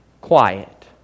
quiet